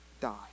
die